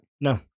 No